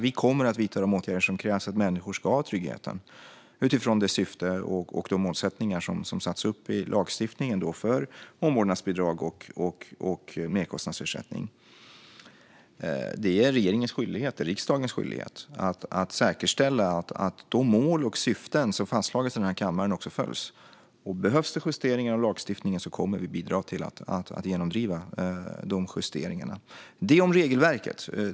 Vi kommer att vidta de åtgärder som krävs för att människor ska ha trygghet utifrån det syfte och de målsättningar som har satts upp i lagstiftningen för omvårdnadsbidrag och merkostnadsersättning. Det är regeringens och riksdagens skyldighet att säkerställa att de mål och syften som har fastslagits i den här kammaren också följs. Behövs justeringar av lagstiftningen kommer vi att bidra till att genomdriva dem. Det om regelverket!